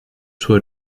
suo